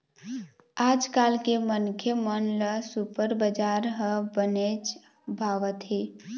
आजकाल के मनखे मन ल सुपर बजार ह बनेच भावत हे